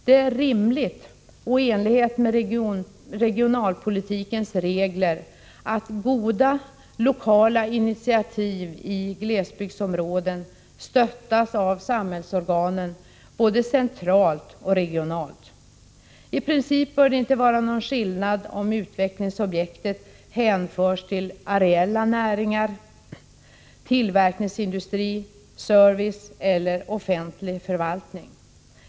Det är rimligt och i enlighet med regionalpolitikens regler att goda, lokala initiativ i glesbygdsområden stöttas av samhällsorganen både centralt och regionalt. I princip bör det inte vara någon skillnad om utvecklingsobjektet hänförs till areella näringar, tillverkningsindustri, service eller offentlig förvaltning.